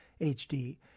HD